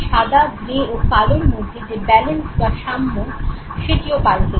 সাদা গ্রে ও কালোর মধ্যে যে ব্যালেন্স বা সাম্য সেটিও পাল্টে যায়